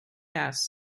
ass